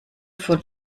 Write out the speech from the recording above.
von